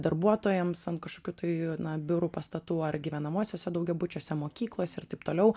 darbuotojams ant kažkokių tai na biurų pastatų ar gyvenamuosiuose daugiabučiuose mokyklos ir taip toliau